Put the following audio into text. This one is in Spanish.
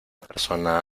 persona